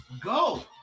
go